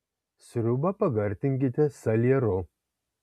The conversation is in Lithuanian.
sriubą pagardinkite salieru